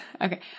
Okay